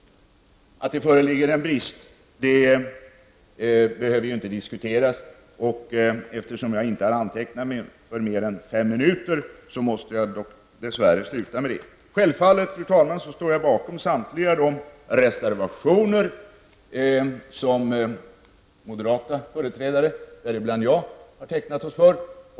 Att det föreligger en brist behöver ju inte diskuteras. Eftersom jag inte har antecknat mig för mer än fem minuters taletid, måste jag sluta nu. Självfallet, fru talman, står jag bakom samtliga de reservationer som moderata företrädare, däribland jag, har tecknat sig för.